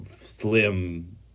slim